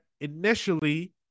initially